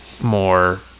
more